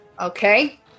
Okay